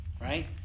right